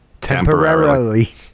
temporarily